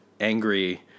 angry